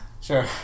Sure